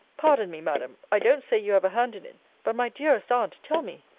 pardon me, madam, i don't say you have a hand in it but, my dearest aunt, tell me,